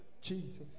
Jesus